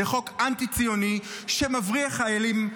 זה חוק אנטי-ציוני שמבריח חיילים,